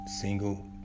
single